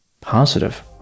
positive